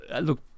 look